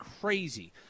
crazy